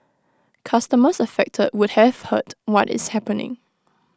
customers affected would have heard what is happening